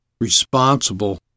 responsible